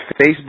Facebook